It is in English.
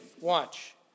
watch